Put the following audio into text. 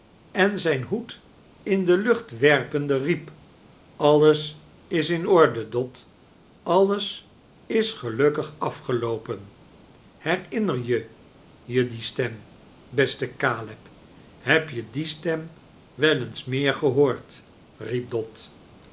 en zijn hoed in de lucht werpende riep alles is in orde dot alles is gelukkig afgeloopen herinner je je die stem beste al heb je die stem wel eens meer gehoord riep